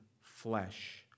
flesh